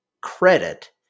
credit